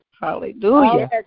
Hallelujah